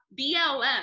BLM